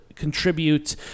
contribute